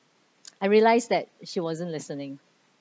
I realised that she wasn't listening